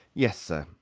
yes, sir,